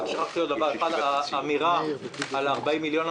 האמירה על 40 מיליון,